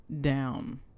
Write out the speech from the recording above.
down